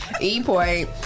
E-point